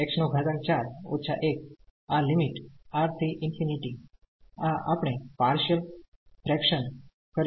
આ limit R થી ∞ આ આપણે પારશીયલ ફ્રેક્શન કરીશુ